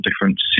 different